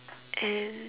and